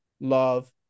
love